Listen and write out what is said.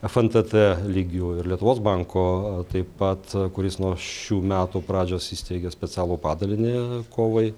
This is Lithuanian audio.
fntt lygiu ir lietuvos banko taip pat kuris nuo šių metų pradžios įsteigė specialų padalinį kovai